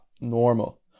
normal